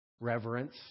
reverence